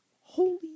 holy